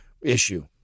issue